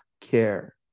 care